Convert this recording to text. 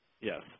yes